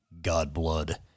Godblood